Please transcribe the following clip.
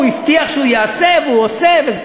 הוא הבטיח שהוא יעשה והוא עושה.